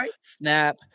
snap